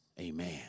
amen